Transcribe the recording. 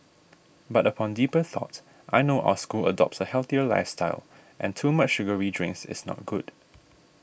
but upon deeper thought I know our school adopts a healthier lifestyle and too much sugary drinks is not good